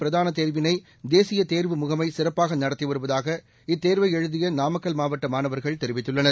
பிரதான தேர்வினை தேசிய தேர்வு முகமை சிறப்பாக நடத்தியதாக இத்தேர்வை எழுதிய நாமக்கல் மாவட்ட மாணவர்கள் தெரிவித்துள்ளனர்